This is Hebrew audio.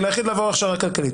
כי על היחיד לעבור הכשרה כלכלית,